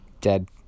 Dead